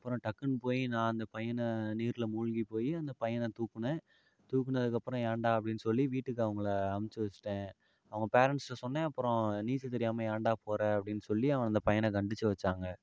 அப்புறம் டக்குன்னு போய் நான் அந்த பையனை நீரில் மூழ்கி போய் அந்த பையனை தூக்குனேன் தூக்குனதுக்கப்புறம் ஏன்டா அப்படின்னு சொல்லி வீட்டுக்கு அவங்கள அனுப்பிச்சு வச்சுட்டேன் அவங்க பேரண்ட்ஸ்கிட்ட சொன்னேன் அப்புறம் நீச்சல் தெரியாமல் ஏன்டா போகற அப்படின்னு சொல்லி அவனை அந்த பையனை கண்டிச்சு வச்சாங்க